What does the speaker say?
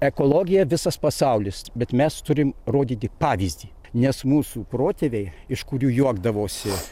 ekologija visas pasaulis bet mes turim rodyti pavyzdį nes mūsų protėviai iš kurių juokdavosi